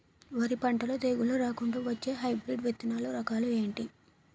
వరి పంటలో తెగుళ్లు రాకుండ వచ్చే హైబ్రిడ్ విత్తనాలు రకాలు ఏంటి?